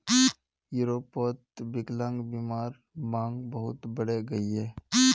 यूरोपोत विक्लान्ग्बीमार मांग बहुत बढ़े गहिये